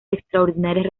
extraordinarias